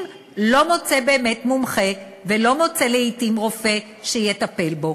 לא מוצא מומחה ולא מוצא רופא שיטפל בו.